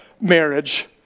marriage